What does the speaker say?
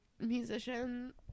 musician